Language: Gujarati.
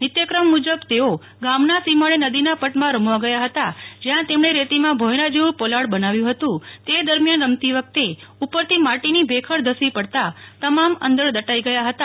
નિત્ય ક્રમ મુજબ તેઓ ગામના સીમાડે નદીના પટમાં રમવા ગયા હતા જ્યાં તેમને રેતીમાં ભોયરા જેવું પોલન બનાવ્યું હતું તે દરમિથાન રમતી વખતે ઉપરથી માટીની ભેખડ ધસી પડતા તમામ અંદર દટાઈ ગયા હતા